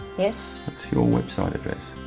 yes. what's your website address?